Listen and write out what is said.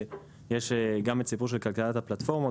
יש את גם הסיפור של כלכלת הפלטפורמות